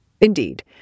Indeed